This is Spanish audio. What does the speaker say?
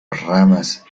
ramas